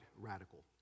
radical